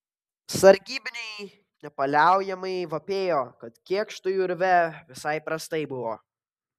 sargybiniai nepaliaujamai vapėjo kad kėkštui urve visai prastai buvo